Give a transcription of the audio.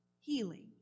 healing